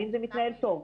האם זה מתנהל טוב,